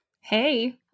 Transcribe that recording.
Hey